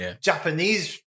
Japanese